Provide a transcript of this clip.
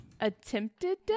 Attempted